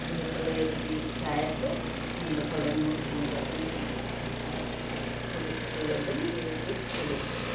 যিসকলে এইবোৰ গীত গাই আছে তেওঁলোকলৈ মোৰ ধন্যবাদ জনাইছোঁ আৰু ভৱিষ্যতলৈও যেন এইবোৰ গীত চলি থাকে